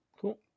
Cool